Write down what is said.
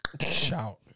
Shout